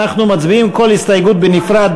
אנחנו מצביעים על כל הסתייגות בנפרד,